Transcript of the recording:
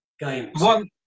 one